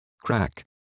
crack